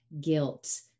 guilt